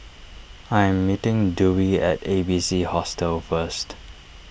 I am meeting Dewey at A B C Hostel first